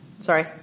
Sorry